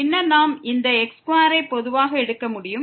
பின்னர் நாம் இந்த x2 ஐ பொதுவாக எடுக்க முடியும்